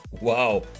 Wow